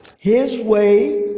his way,